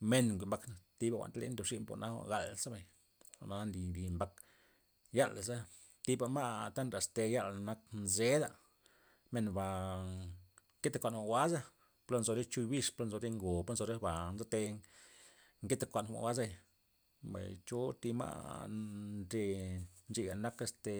men jwi' mbak thi'ba iz ndobxu wal nak jwa'na nli mbak, yala'sa thiba ma' ta naxte yala nak nzed'a menba nke te kuan jwa'n jwa'za plo nzo re chuy bix po nzo re ngo, po nzo re ba nke te nkete kuan jwa'nga zebay mbay cho thi ma' nde che'a nak este